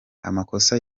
amakosa